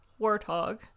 warthog